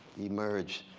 emerge,